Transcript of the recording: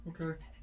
Okay